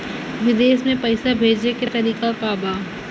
विदेश में पैसा भेजे के तरीका का बा?